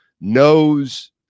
knows